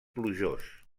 plujós